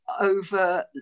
over